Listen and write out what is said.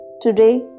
Today